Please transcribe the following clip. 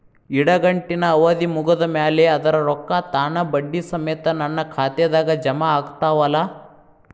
ಇಡಗಂಟಿನ್ ಅವಧಿ ಮುಗದ್ ಮ್ಯಾಲೆ ಅದರ ರೊಕ್ಕಾ ತಾನ ಬಡ್ಡಿ ಸಮೇತ ನನ್ನ ಖಾತೆದಾಗ್ ಜಮಾ ಆಗ್ತಾವ್ ಅಲಾ?